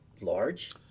large